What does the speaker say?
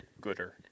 Gooder